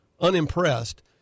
unimpressed